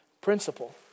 principle